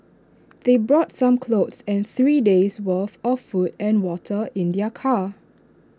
they brought some clothes and three days' worth of food and water in their car